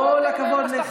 שרי הליכוד,